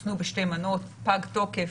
שחוסנו בשתי מנות, פג התוקף,